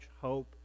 hope